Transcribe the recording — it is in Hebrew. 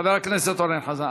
חבר הכנסת אורן חזן,